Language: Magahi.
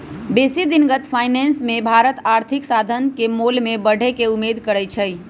बेशी दिनगत फाइनेंस मे भारत आर्थिक साधन के मोल में बढ़े के उम्मेद करइ छइ